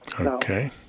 Okay